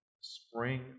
spring